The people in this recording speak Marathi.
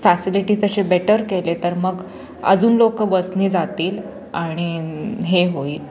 फॅसिलिटी तसे बेटर केले तर मग अजून लोक बसने जातील आणि हे होईल